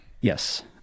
Yes